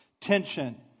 tension